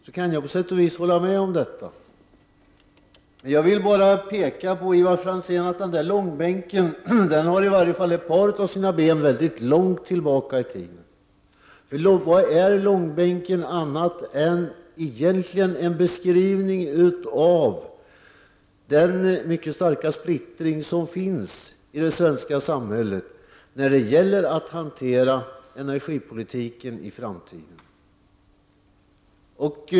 Men, Ivar Franzén, jag vill bara peka på att denna långbänk har åtminstone ett par av sina ben mycket långt tillbaka i tiden. Vad är långbänken annat än en beskrivning av den mycket starka splittring som finns i det svenska samhället när det gäller hanteringen av energipolitiken i framtiden.